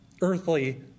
earthly